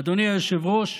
אדוני היושב-ראש,